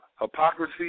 hypocrisy